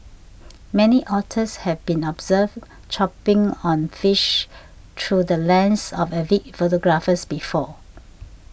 many otters have been observed chomping on fish through the lens of avid photographers before